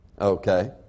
Okay